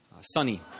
Sunny